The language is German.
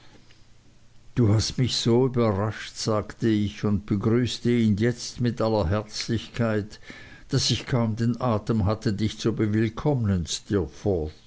du hast mich so überrascht sagte ich und begrüßte ihn jetzt mit aller herzlichkeit daß ich kaum den atem hatte dich zu